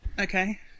Okay